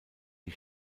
die